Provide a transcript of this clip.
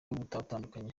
butandukanye